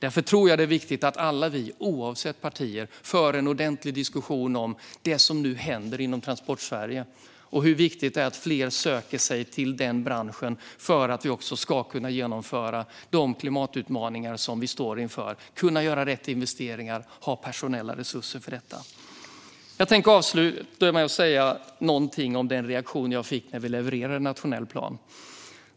Därför tror jag att det är viktigt att vi alla, oavsett partitillhörighet, för en ordentlig diskussion om det som nu händer inom Transportsverige och om hur viktigt det är att fler söker sig till denna bransch för att vi ska kunna klara de klimatutmaningar som vi står inför, kunna göra rätt investeringar och ha personella resurser för detta. Jag tänker avsluta med att säga någonting om den reaktion jag fick när vi levererade den nationella planen.